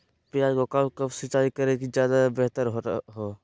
प्याज को कब कब सिंचाई करे कि ज्यादा व्यहतर हहो?